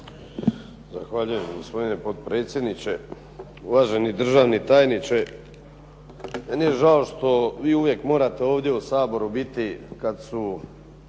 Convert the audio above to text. Zahvaljujem gospodine potpredsjedniče. Uvažani državni tajniče meni je žao što vi uvijek ovdje morate u Saboru biti kada su